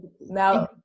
now